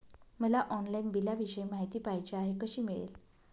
मला ऑनलाईन बिलाविषयी माहिती पाहिजे आहे, कशी मिळेल?